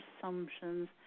assumptions